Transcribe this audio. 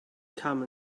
come